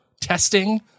testing